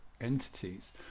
entities